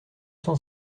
cent